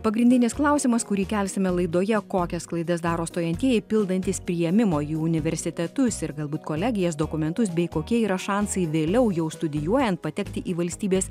pagrindinis klausimas kurį kelsime laidoje kokias klaidas daro stojantieji pildantys priėmimo į universitetus ir galbūt kolegijas dokumentus bei kokie yra šansai vėliau jau studijuojant patekti į valstybės